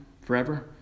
forever